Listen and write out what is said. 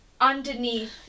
underneath